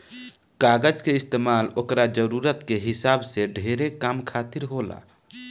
कागज के इस्तमाल ओकरा जरूरत के हिसाब से ढेरे काम खातिर होला